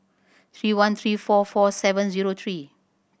three one three four four seven zero three